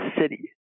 city